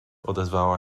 odezwała